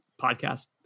podcast